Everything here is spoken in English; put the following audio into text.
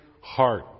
heart